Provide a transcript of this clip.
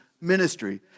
ministry